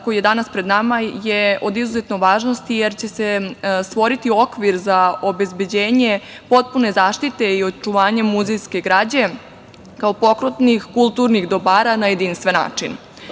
koji je danas pred nama je od izuzetne važnosti, jer će se stvoriti okvir za obezbeđenje potpune zaštite i očuvanja muzejske građe kao pokretnih kulturnih dobara na jedinstven način. Samim